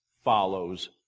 follows